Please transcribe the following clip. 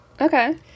Okay